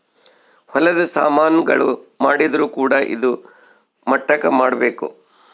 ಹೊಲದ ಸಾಮನ್ ಗಳು ಮಾಡಿದ್ರು ಕೂಡ ಇದಾ ಮಟ್ಟಕ್ ಮಾಡ್ಬೇಕು